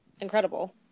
incredible